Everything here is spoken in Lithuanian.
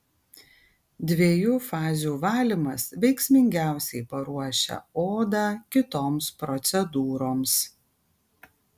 dviejų fazių valymas veiksmingiausiai paruošia odą kitoms procedūroms